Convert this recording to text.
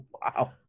Wow